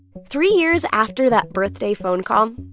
three years after that birthday phone call,